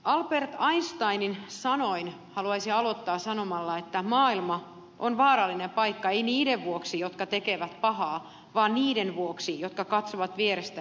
albert einsteinin sanoin haluaisin aloittaa sanomalla että maailma on vaarallinen paikka ei niiden vuoksi jotka tekevät pahaa vaan niiden vuoksi jotka katsovat vierestä eivätkä tee mitään